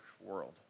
world